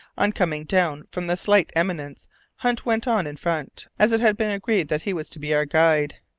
on coming down from the slight eminence hunt went on in front, as it had been agreed that he was to be our guide.